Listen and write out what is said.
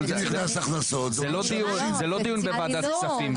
זה לא דיון בוועדת כספים,